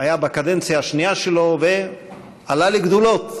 היה בקדנציה השנייה שלו ועלה לגדולות,